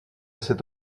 cette